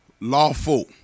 lawful